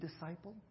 disciple